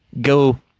go